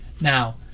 Now